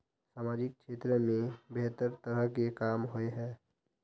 सामाजिक क्षेत्र में बेहतर तरह के काम होय है?